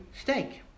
steak